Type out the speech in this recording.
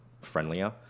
friendlier